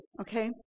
okay